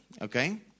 okay